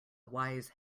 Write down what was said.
wise